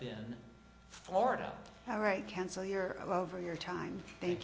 been florida all right cancel your lover your time they